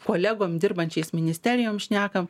kolegom dirbančiais ministerijom šnekam